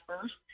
first